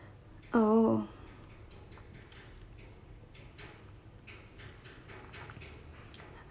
oh